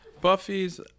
Buffy's